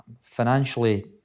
financially